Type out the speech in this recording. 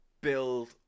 build